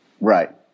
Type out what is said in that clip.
Right